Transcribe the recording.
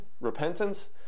repentance